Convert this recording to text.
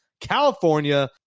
california